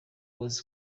was